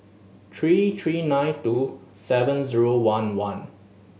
three three nine two seven zero one one